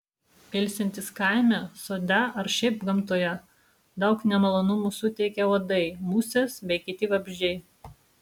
ilsintis kaime sode ar šiaip gamtoje daug nemalonumų suteikia uodai musės bei kiti vabzdžiai